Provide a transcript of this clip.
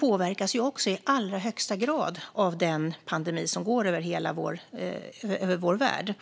påverkas i allra högsta grad av den pandemi som går över hela vår värld.